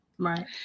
Right